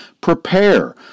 prepare